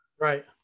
Right